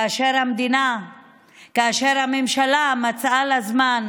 כאשר הממשלה מצאה לה זמן,